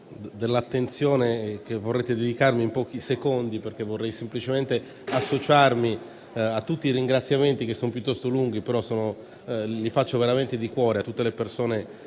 dell'attenzione che vorrete dedicarmi in pochi secondi, perché vorrei semplicemente associarmi a tutti i ringraziamenti, che sono piuttosto lunghi, ma che faccio veramente di cuore, a tutte le persone